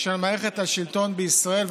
של מערכת השלטון בישראל,